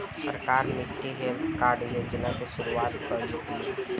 सरकार मिट्टी health card योजना के शुरूआत काइले बिआ